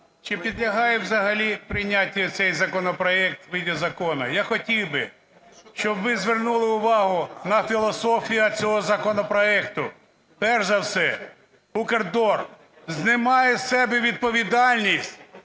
чи підлягає взагалі прийняттю цей законопроект у вигляді закону? Я хотів би, щоб ви звернули увагу на філософію цього законопроекту. Перш за все, "Укрдор" знімає з себе відповідальність